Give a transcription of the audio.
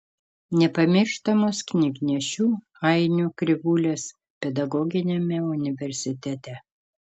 nepamirštamos knygnešių ainių krivulės pedagoginiame universitete